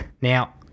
Now